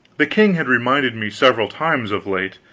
the king had reminded me several times, of late,